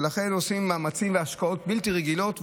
ולכן עושים מאמצים והשקעות בלתי רגילות,